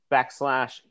backslash